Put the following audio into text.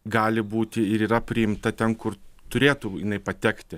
gali būti ir yra priimta ten kur turėtų jinai patekti